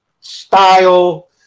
style